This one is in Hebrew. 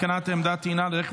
התקנת עמדת טעינה לרכב